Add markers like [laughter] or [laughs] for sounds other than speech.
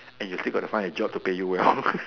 and you still got to find a job to pay you well [laughs]